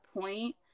point